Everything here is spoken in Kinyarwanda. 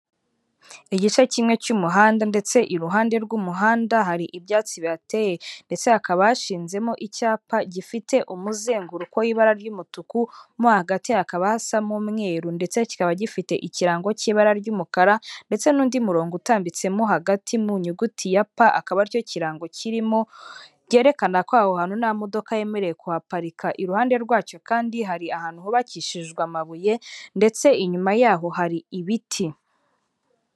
Igice kimwe cy'umuhanda ndetse iruhande rw'umuhanda hari ibyatsi bihateye ndetse hakaba hashinzemo icyapa gifite umuzenguruko w'ibara ry'umutuku, mo hagati hakaba hasamo umweru ndetse kikaba gifite ikirango cy'ibara ry'umukara ndetse n'undi murongo utambitsemo hagati mu nyuguti ya pa, akaba ari cyo kirango kirimo cyerekana ko aho hantu nta modoka yemerewe kuhaparika. Iruhande rwacyo kandi hari ahantu hubakishijwe amabuye ndetse inyuma yaho hari ibiti.